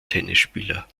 tennisspieler